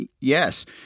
yes